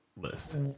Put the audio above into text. list